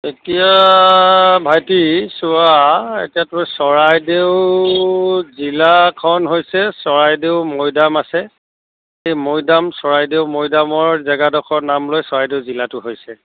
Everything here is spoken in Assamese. এতিয়া ভাইটি চোৱা এতিয়াতো চৰাইদেউ জিলাখন হৈছে চৰাইদেউ মৈদাম আছে মৈদাম চৰাইদেউ মৈদামৰ জেগাডোখৰৰ নাম লৈ চৰাইদেউ জিলাটো হৈছে